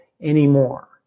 anymore